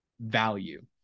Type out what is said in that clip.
value